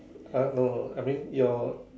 !huh! no no I mean your